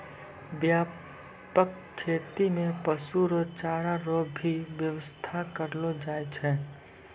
व्यापक खेती मे पशु रो चारा रो भी व्याबस्था करलो जाय छै